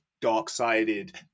dark-sided